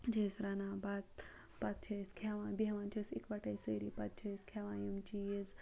چھِ أسۍ رَنان بَتہٕ پَتہٕ چھِ أسۍ کھٮ۪وان بیٚہوان چھِ أسۍ یِکوَٹَے سٲری پَتہٕ چھِ أسۍ کھٮ۪وان یِم چیٖز